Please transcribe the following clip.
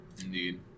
Indeed